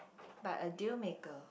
but a deal maker